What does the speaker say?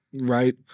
Right